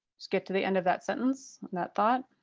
get to the end of that sentence and that thought.